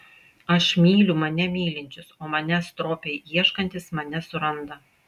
aš myliu mane mylinčius o manęs stropiai ieškantys mane suranda